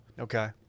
Okay